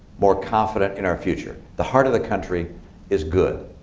more confident in our future. the heart of the country is good.